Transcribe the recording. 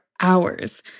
hours